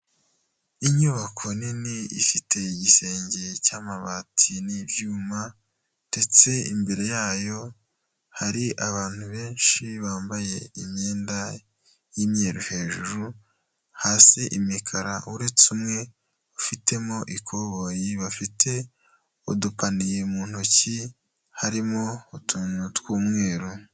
Inyubako nini ifite igisenge cy'amabati n'ibyuma ndetse imbere yayo hari abantu benshi bambaye imyenda y'imyeru hejuru, hasi imikara uretse umwe ufitemo ikoboyi, bafite udupaniye mu ntoki, harimo utuntu tw'umweru.